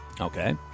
Okay